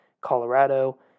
Colorado